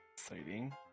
exciting